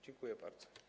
Dziękuję bardzo.